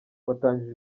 watangije